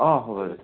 অঁ হ'ব দেই